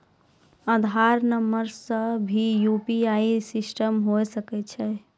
आधार नंबर से भी यु.पी.आई सिस्टम होय सकैय छै?